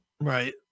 Right